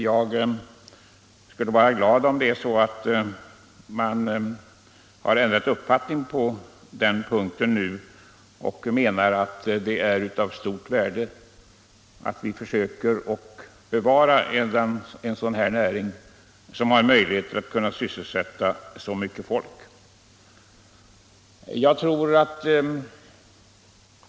Jag skulle vara glad om det är så att man har ändrat uppfattning på den punkten nu och menar att det är av stort värde att vi försöker bevara en sådan här näring som har möjligheter att sysselsätta så mycket folk.